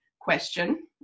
question